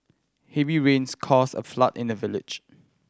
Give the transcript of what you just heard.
heavy rains caused a flood in the village